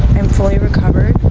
i'm fully recovered.